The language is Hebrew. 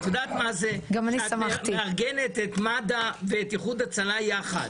את יודעת מה זה כשאת מארגנת את מד"א ואת איחוד הצלה יחד.